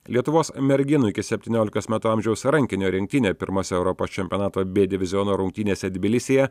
lietuvos merginų iki septyniolikos metų amžiaus rankinio rinktinė pirmose europos čempionato b diviziono rungtynėse tbilisyje